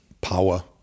power